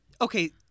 okay